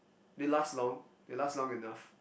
they last long they last long enough